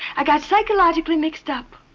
i got psychologically mixed up.